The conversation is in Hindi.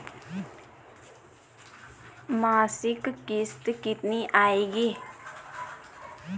मासिक किश्त कितनी आएगी?